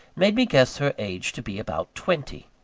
made me guess her age to be about twenty.